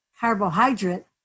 carbohydrate